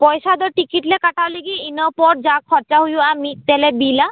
ᱯᱚᱭᱥᱟ ᱫᱚ ᱴᱤᱠᱤᱴ ᱞᱮ ᱠᱟᱴᱟᱣ ᱞᱟᱹᱜᱤᱫ ᱤᱱᱟᱹᱯᱚᱨ ᱡᱟ ᱠᱷᱚᱨᱪᱟ ᱦᱩᱭᱩᱜᱼᱟ ᱢᱤᱫ ᱛᱮᱞᱮ ᱵᱤᱞᱟ